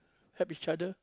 help each other